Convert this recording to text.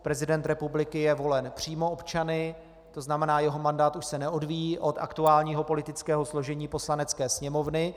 Prezident republiky je volen přímo občany, to znamená jeho mandát se už neodvíjí od aktuálního politického složení Poslanecké sněmovny.